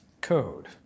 code